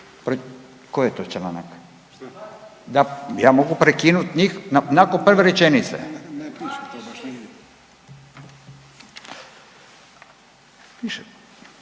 koji je to članak. Ja mogu prekinuti njih nakon prve rečenice. Onda